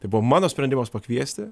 tai buvo mano sprendimas pakviesti